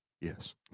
Yes